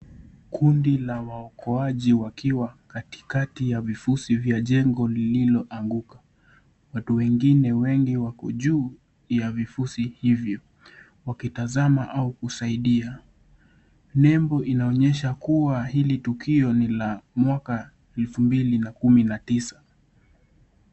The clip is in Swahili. Kundi la waokoaji wakiwa katikati ya vifusi vya jengo lililoanguka. Watu wengine wengi wako juu ya vifusi hivyo wakitazama au kusaidia. Nembo inaonyesha kuwa hili tukio ni la mwaka 2019.